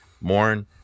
mourn